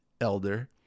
elder